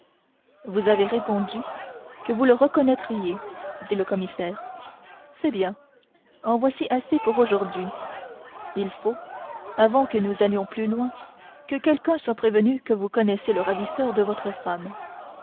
vous avez répondu que vous le reconnaîtriez dit le commissaire c'est bien en voici assez pour aujourd'hui il faut avant que nous allions plus loin que quelqu'un soit prévenu que vous connaissez le ravisseur de votre femme